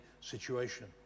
situation